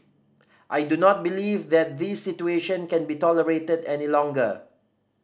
I do not believe that this situation can be tolerated any longer